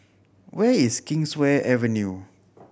where is Kingswear Avenue